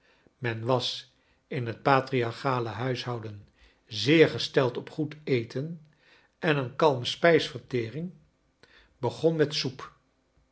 men was in het patriarchale huishouden zeer gesteld op goed eten en een kalme spijsvertering begon met soep